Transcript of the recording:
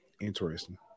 interesting